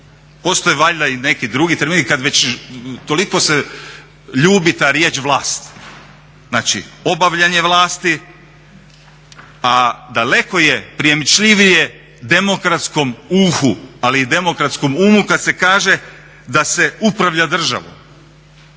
Postoje valjda i neki drugi termini kada već toliko se ljubi ta riječ vlast. Znači obavljanje vlasti. A daleko je prijemičljivije demokratskom uhu ali i demokratskom umu kada se kaže da se upravlja državom.